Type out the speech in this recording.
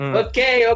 okay